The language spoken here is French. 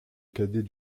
cadet